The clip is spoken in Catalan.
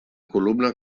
columna